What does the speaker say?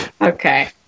okay